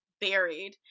buried